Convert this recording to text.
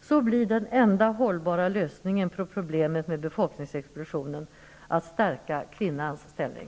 Så blir den enda hållbara lösningen på problemen med befolkningsexplosionen att stärka kvinnans ställning.